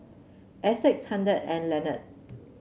Essex Haden and Lenard